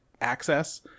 access